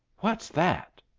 what's that?